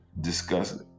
discuss